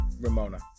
Ramona